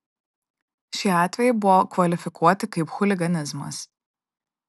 šie atvejai buvo kvalifikuoti kaip chuliganizmas